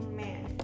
man